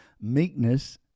Meekness